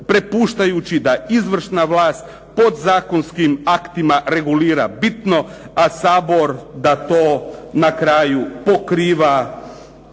prepuštajući da izvršna vlast podzakonskim aktima regulira bitno, a Sabor da to na kraju pokriva